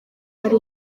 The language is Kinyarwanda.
ari